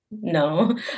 No